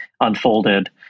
unfolded